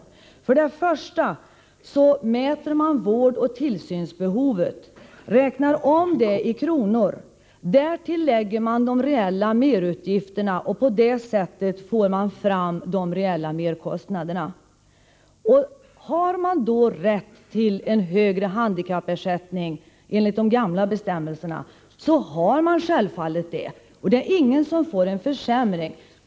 Det är så, att man först och främst mäter vårdoch tillsynsbehovet. Därefter görs en omräkning i kronor. Därtill läggs de reella merutgifterna. På det sättet får man fram de verkliga merkostnaderna. Om man enligt de gamla bestämmelserna har rätt till en bättre handikappersättning, får man självfallet den ersättningen. Ingen behöver uppleva en försämring.